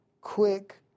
quick